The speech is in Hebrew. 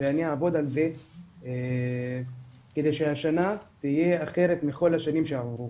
ואני אעבוד על זה כדי שהשנה תהיה אחרת מכל השנים שעברו.